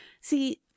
See